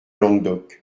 languedoc